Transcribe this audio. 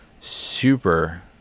super